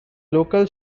local